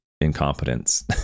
incompetence